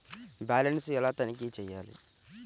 Balance ఎలా తనిఖీ చేయాలి?